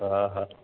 हा हा